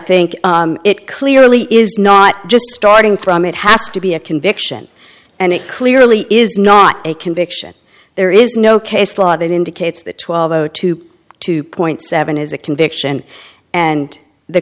think it clearly is not just starting from it has to be a conviction and it clearly is not a conviction there is no case law that indicates that twelve o two two point seven is a conviction and the